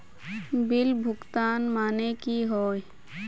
Bill भुगतान माने की होय?